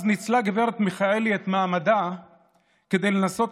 אז ניצלה גב' מיכאלי את מעמדה כדי לנסות